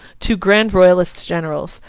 two grand royalist generals,